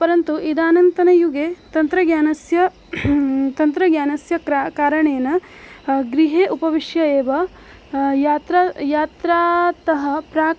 परन्तु इदानीन्तनयुगे तन्त्रज्ञानस्य तन्त्रज्ञानस्य क्र कारणेन गृहे उपविश्य एव यात्रा यात्रातः प्राक्